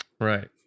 Right